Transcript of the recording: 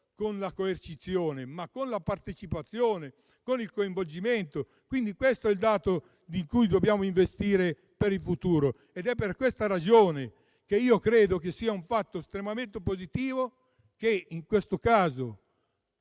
con la coercizione, ma con la partecipazione e con il coinvolgimento: questo è il dato su cui dobbiamo investire per il futuro. Per questa ragione, credo che sia un fatto estremamente positivo che in questo caso